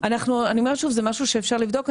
משהו שאפשר לבדוק.